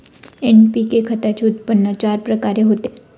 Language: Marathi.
एन.पी.के खताचे उत्पन्न चार प्रकारे होते